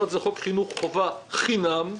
אחד זה חוק חינוך חובה חינם,